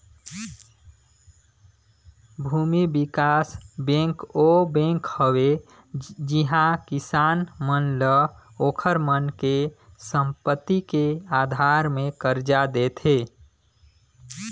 भूमि बिकास बेंक ओ बेंक हवे जिहां किसान मन ल ओखर मन के संपति के आधार मे करजा देथे